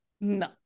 No